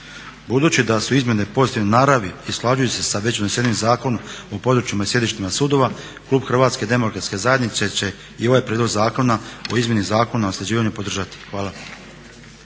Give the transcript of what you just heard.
Budući da su izmjene pozitivne naravi i usklađuju se sa već donesenim Zakonom o područjima i sjedištima sudova klub Hrvatske demokratske zajednice će i ovaj Prijedlog Zakona o izmjeni Zakona o nasljeđivanju podržati. Hvala.